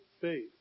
faith